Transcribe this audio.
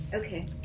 Okay